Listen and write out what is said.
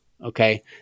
Okay